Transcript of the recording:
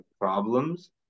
problems